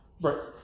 Right